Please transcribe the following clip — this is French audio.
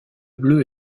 bleu